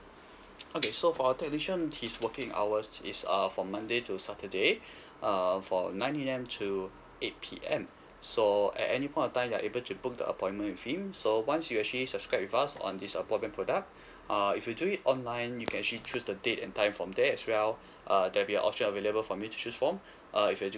okay so for technician his working hours is err from monday to saturday uh from nine A_M to eight P_M so at any point of time you're able to book the appointment with him so once you actually subscribe with us on this uh broadband product uh if you do it online you can actually choose the date and time from there as well uh there will be option available for you to choose from uh if you actually